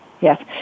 yes